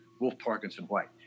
Wolf-Parkinson-White